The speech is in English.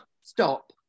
stop